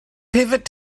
pivot